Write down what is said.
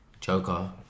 Joker